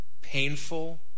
painful